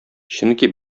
чөнки